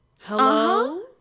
hello